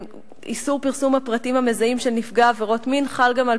איסור פרסום הפרטים המזהים של נפגע עבירות מין חל גם על